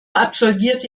absolvierte